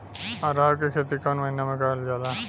अरहर क खेती कवन महिना मे करल जाला?